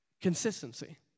Consistency